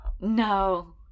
No